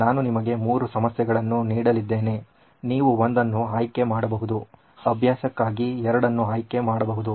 ನಾನು ನಿಮಗೆ 3 ಸಮಸ್ಯೆಗಳನ್ನು ನೀಡಲಿದ್ದೇನೆ ನೀವು ಒಂದನ್ನು ಆಯ್ಕೆ ಮಾಡಬಹುದು ಅಭ್ಯಾಸಕ್ಕಾಗಿ 2ಅನ್ನು ಆಯ್ಕೆ ಮಾಡಬಹುದು